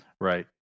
right